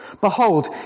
Behold